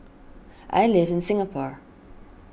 I live in Singapore